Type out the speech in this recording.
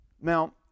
Now